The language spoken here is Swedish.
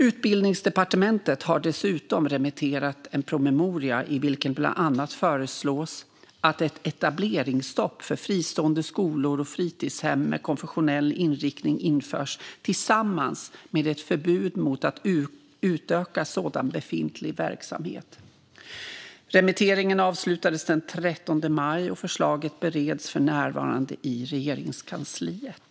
Utbildningsdepartementet har dessutom remitterat en promemoria i vilken det bland annat föreslås att ett etableringsstopp för fristående skolor och fritidshem med konfessionell inriktning införs tillsammans med ett förbud mot att utöka sådan befintlig verksamhet. Remitteringen avslutades den 13 maj, och förslaget bereds för närvarande i Regeringskansliet.